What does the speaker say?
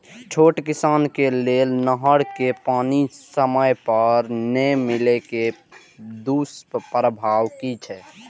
छोट किसान के लेल नहर के पानी समय पर नै मिले के दुष्प्रभाव कि छै?